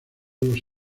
los